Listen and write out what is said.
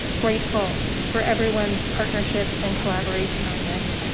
grateful for everyone's partnership and collaboration on this.